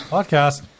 Podcast